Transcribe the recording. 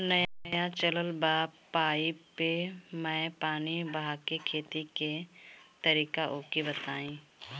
नया चलल बा पाईपे मै पानी बहाके खेती के तरीका ओके बताई?